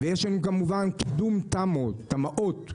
ויש לנו כמובן קידום תמ"אות ארציות,